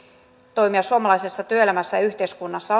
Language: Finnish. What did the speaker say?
toimia suomalaisessa työelämässä ja yhteiskunnassa